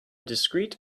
discrete